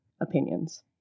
opinions